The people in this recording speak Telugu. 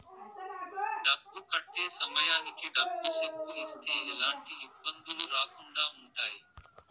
డబ్బు కట్టే సమయానికి డబ్బు సెక్కు ఇస్తే ఎలాంటి ఇబ్బందులు రాకుండా ఉంటాయి